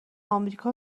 آمریکا